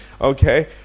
okay